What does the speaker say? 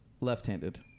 left-handed